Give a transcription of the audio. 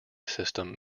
system